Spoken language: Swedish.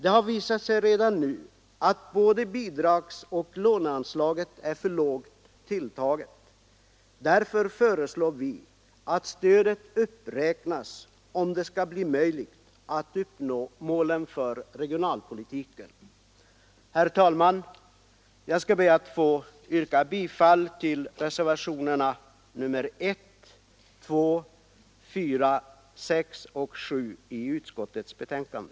Det har redan nu visat sig att både bidragsanslaget och låneanslaget är för låga. Vi föreslår att stödet uppräknas för att det skall bli möjligt att uppnå målen för regionalpolitiken. Herr talman! Jag skall be att få yrka bifall till reservationerna 1, 2, 4, 6 och 7 i utskottets betänkande.